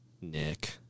Nick